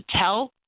tell